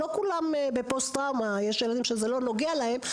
ולא כולם בפוסט טראומה הרי יש ילדים שזה לא נוגע להם,